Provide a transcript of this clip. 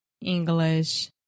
English